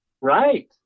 Right